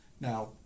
Now